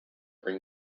bring